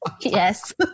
yes